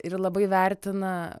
ir labai vertina